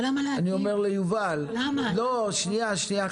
אני אומר ליובל וגנר.